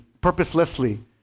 purposelessly